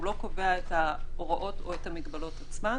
הוא לא קובע את ההוראות או את המגבלות עצמן.